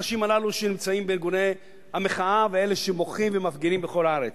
האנשים הללו שנמצאים בארגוני המחאה ואלה שמוחים ומפגינים בכל הארץ,